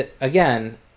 again